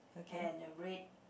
and a red